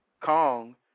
Kong